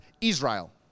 Israel